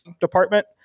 department